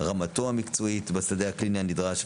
רמתו המקצועית בשדה הקליני הנדרש.